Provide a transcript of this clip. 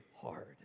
hard